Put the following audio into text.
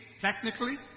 technically